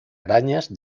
arañas